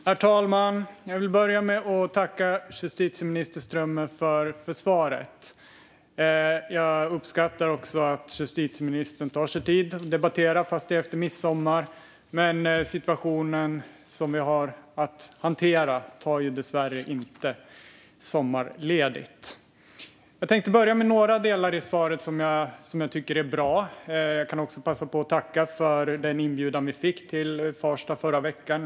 Herr talman! Till att börja med vill jag tacka justitieminister Strömmer för svaret. Jag uppskattar också att han tar sig tid att debattera trots att det är efter midsommar. Situationen vi har att hantera tar dessvärre inte sommarledigt. Jag vill börja med några delar i svaret som jag tycker är bra. Jag passar även på att tacka för inbjudan till Farsta som vi fick i förra veckan.